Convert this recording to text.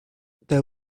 there